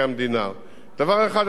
דבר אחד אני כבר יכול לומר: